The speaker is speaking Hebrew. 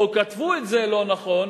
או כתבו את זה לא נכון,